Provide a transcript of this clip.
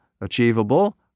achievable